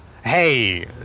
hey